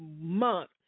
month